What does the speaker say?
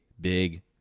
big